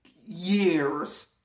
years